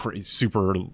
super